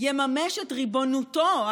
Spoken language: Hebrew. יממש את ריבונותו,